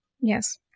Yes